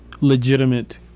legitimate